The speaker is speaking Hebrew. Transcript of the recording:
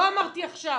לא אמרתי עכשיו,